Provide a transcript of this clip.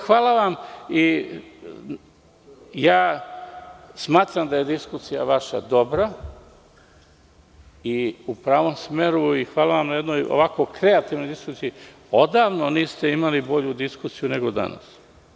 Hvala vam i ja smatram da je vaša diskusija dobra, i u pravom smeru i hvala vam na jednoj ovako kreativnoj diskusiji, jer odavno niste imali bolju diskusiju, nego danas.